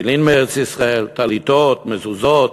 תפילין מארץ-ישראל, טליתות, מזוזות.